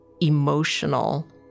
emotional